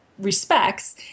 respects